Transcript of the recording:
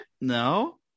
no